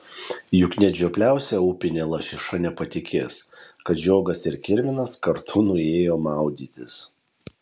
juk net žiopliausia upinė lašiša nepatikės kad žiogas ir kirminas kartu nuėjo maudytis